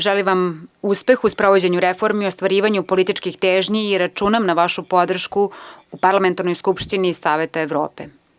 Želim vam uspeh u sprovođenju reformi i ostvarivanju političkih težnji i računam na vašu podršku u Parlamentarnoj skupštini Saveta Evrope.